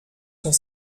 cent